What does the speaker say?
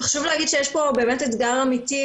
חשוב להגיד שיש פה באמת אתגר אמיתי,